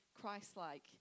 Christ-like